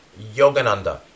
Yogananda